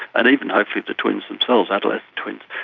and even hopefully the twins themselves, adolescent twins,